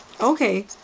Okay